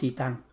tăng